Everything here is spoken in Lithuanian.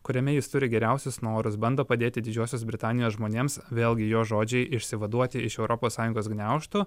kuriame jis turi geriausius norus bando padėti didžiosios britanijos žmonėms vėlgi jo žodžiai išsivaduoti iš europos sąjungos gniaužtų